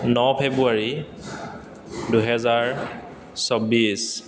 ন ফেব্ৰুৱাৰী দুহেজাৰ চৌব্বিছ